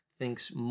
thinks